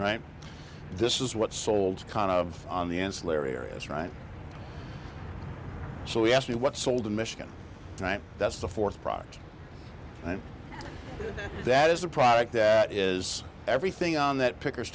right this is what sold kind of on the ancillary areas right so we ask you what sold in michigan right that's the fourth product and that is the product that is everything on that pickers